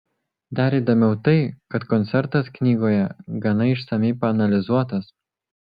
dar įdomiau tai kad koncertas knygoje gana išsamiai paanalizuotas